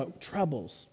troubles